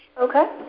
Okay